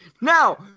Now